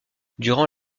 durant